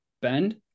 bend